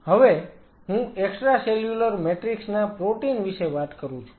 હવે હું extracellular matrix ના પ્રોટીન વિશે વાત કરું છું